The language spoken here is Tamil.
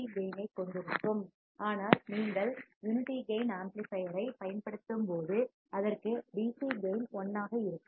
சி கேயின் ஐக் கொண்டிருக்கும் ஆனால் நீங்கள் யூனிட்டி கேயின் ஆம்ப்ளிபையர்யைப் பயன்படுத்தும்போது அதற்கு டிசி கேயின் 1 ஆக இருக்கும்